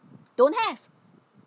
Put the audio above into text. don't have